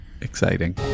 Exciting